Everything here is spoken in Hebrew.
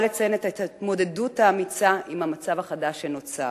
לציין את ההתמודדות האמיצה עם המצב החדש שנוצר.